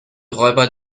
räuber